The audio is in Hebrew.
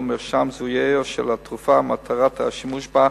מרשם בזיהויה של התרופה ומטרת השימוש בה,